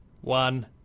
one